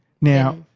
Now